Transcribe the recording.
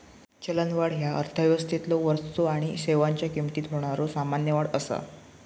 चलनवाढ ह्या अर्थव्यवस्थेतलो वस्तू आणि सेवांच्यो किमतीत होणारा सामान्य वाढ असा